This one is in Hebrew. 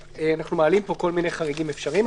ואנחנו מעלים פה כל מיני חריגים אפשריים.